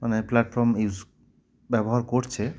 মানে platform use ব্যবহার করছে